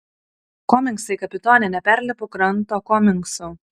komingsai kapitone neperlipu kranto komingsų